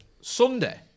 Sunday